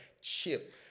chip